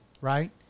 Right